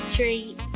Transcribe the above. Three